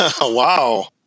Wow